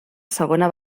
segona